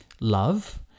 love